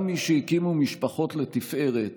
גם מי שהקימו משפחות לתפארת